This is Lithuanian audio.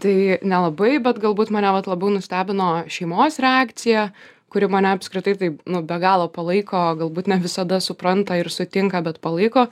tai nelabai bet galbūt mane vat labiau nustebino šeimos reakcija kuri mane apskritai taip be galo palaiko galbūt ne visada supranta ir sutinka bet palaiko